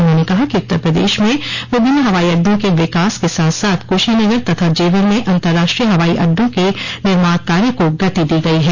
उन्होंने कहा कि उत्तर प्रदेश में विभिन्न हवाई अड्डों के विकास के साथ साथ क्शीनगर तथा जेवर में अन्तर्राष्ट्रीय हवाई अड्डों के निर्माण कार्य को गति दी गई है